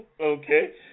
Okay